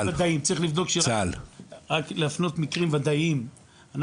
צריך להפנות מקרים ודאיים.